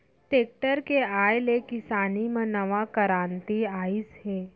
tractor के आए ले किसानी म नवा करांति आइस हे